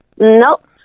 Nope